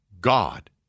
God